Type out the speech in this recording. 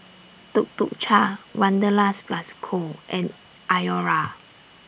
Tuk Tuk Cha Wanderlust Plus Co and Iora